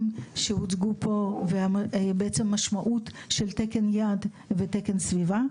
שהוצגו פה ובעצם המשמעות של תקן יעד ותקן סביבה,